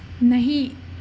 نہیں